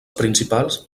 principals